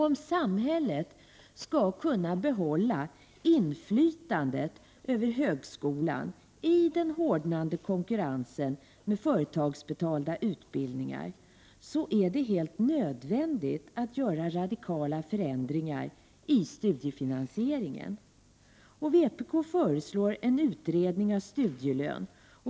Om samhället skall kunna behålla inflytandet över högskolan i den hårdnande konkurrensen med företagsbetalda utbildningar, är det helt nödvändigt att göra radikala förändringar av studiefinansieringen. Vpk föreslår en utredning om studielön.